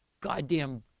goddamn